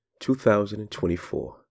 2024